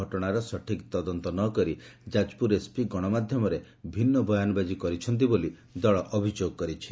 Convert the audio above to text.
ଘଟଶାର ସଠିକ୍ ତଦନ୍ତ ନକରି ଯାଜପୁର ଏସ୍ପି ଗଣମାଧ୍ଧମରେ ଭିନୁ ବୟାନବାଜି କରିଛନ୍ତି ବୋଲି ଦଳ ଅଭିଯୋଗ କରିଛି